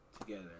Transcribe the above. together